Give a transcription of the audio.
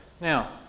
Now